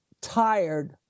tired